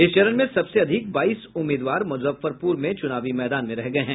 इस चरण में सबसे अधिक बाईस उम्मीदवार मुजफ्फरपुर में चुनावी मैदान में रह गये हैं